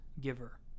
giver